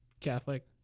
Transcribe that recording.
Catholic